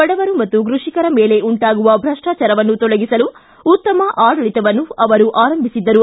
ಬಡವರು ಪಾಗೂ ಕೃಷಿಕರ ಮೇಲೆ ಉಂಟಾಗುವ ಭ್ರಷ್ಟಾಚಾರವನ್ನು ತೊಲಗಿಸಲು ಉತ್ತಮ ಆಡಳಿತವನ್ನು ಅವರು ಆರಂಭಿಸಿದ್ದರು